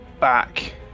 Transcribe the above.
back